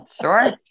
Sure